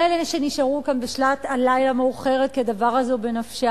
של אלה שנשארו כאן בשעת הלילה המאוחרת כי הדבר הזה הוא בנפשם,